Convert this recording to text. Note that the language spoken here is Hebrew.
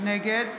נגד